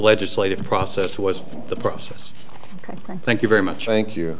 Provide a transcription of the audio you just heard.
legislative process was the process thank you very much i think you